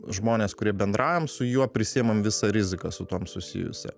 žmonės kurie bendraujam su juo prisiimam visą riziką su tuom susijusią